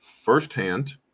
firsthand